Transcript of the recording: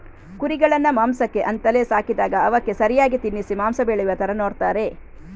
ಕುರಿಗಳನ್ನ ಮಾಂಸಕ್ಕೆ ಅಂತಲೇ ಸಾಕಿದಾಗ ಅವಕ್ಕೆ ಸರಿಯಾಗಿ ತಿನ್ನಿಸಿ ಮಾಂಸ ಬೆಳೆಯುವ ತರ ನೋಡ್ತಾರೆ